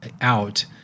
out